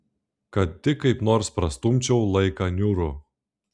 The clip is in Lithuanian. kad tik kaip nors prastumčiau laiką niūrų